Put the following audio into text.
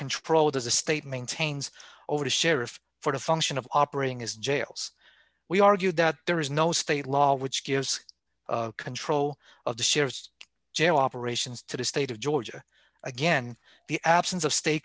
control does the state maintains over the sheriff for the function of operating his jails we argued that there is no state law which gives control of the shares jail operations to the state of georgia again the absence of sta